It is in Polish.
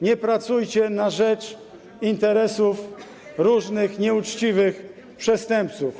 Nie pracujcie na rzecz interesów różnych nieuczciwych przestępców.